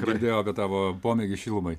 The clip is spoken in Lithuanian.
girdėjau apie tavo pomėgį šilumai